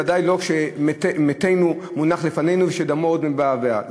ודאי לא כשמתנו מונח לפנינו ודמו עוד מבעבע.